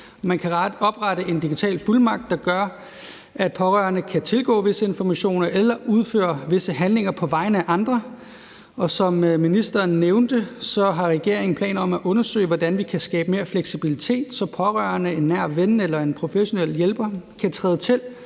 Man kan oprette en digital fuldmagt, der gør, at pårørende kan tilgå visse informationer eller udføre visse handlinger på vegne af andre. Og som ministeren nævnte, har regeringen planer om at undersøge, hvordan vi kan skabe mere fleksibilitet, så pårørende, en nær ven eller en professionel hjælper kan træde til,